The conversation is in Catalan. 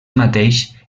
mateix